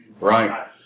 right